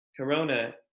Corona